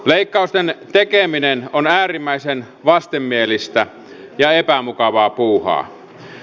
leikkausten tekeminen on äärimmäisen vastenmielistä ja epämukavaa puuhaa